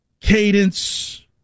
cadence